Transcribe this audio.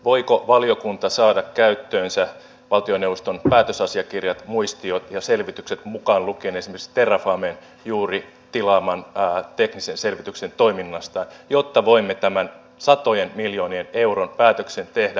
voiko valiokunta saada käyttöönsä valtioneuvoston päätösasiakirjat muistiot ja selvitykset mukaan lukien esimerkiksi terrafamen juuri tilaaman teknisen selvityksen toiminnasta jotta voimme tämän satojen miljoonien euron päätöksen tehdä asianmukaisilla tiedoilla